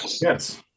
yes